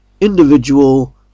Individual